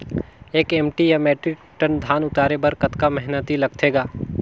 एक एम.टी या metric ton धन उतारे बर कतका मेहनती लगथे ग?